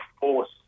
force